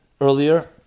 earlier